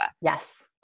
Yes